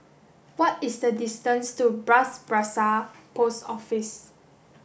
what is the distance to Bras Basah Post Office